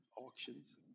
auctions